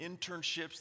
internships